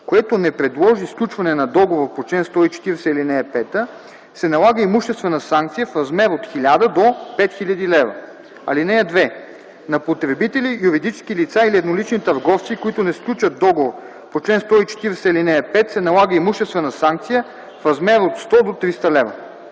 което не предложи сключване на договор по чл. 140, ал. 5, се налага имуществена санкция в размер от 1000 до 5000 лв. (2) На потребители – юридически лица или еднолични търговци, които не сключат договор по чл. 140, ал. 5, се налага имуществена санкция в размер от 100 до 300 лв.”